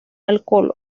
alcohol